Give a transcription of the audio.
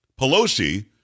Pelosi